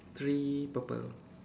three purple